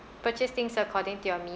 purchase things according to your means